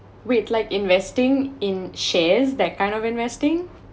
wait like investing in shares that kind of investing